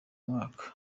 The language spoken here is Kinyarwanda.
mwaka